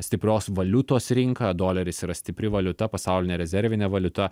stiprios valiutos rinka doleris yra stipri valiuta pasaulinė rezervinė valiuta